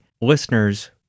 listeners